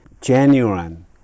genuine